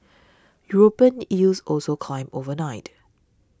European yields also climbed overnight